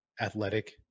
athletic